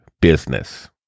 business